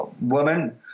woman